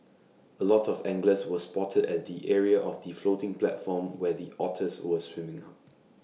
A lot of anglers were spotted at the area of the floating platform where the otters were swimming up